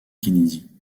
kennedy